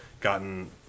gotten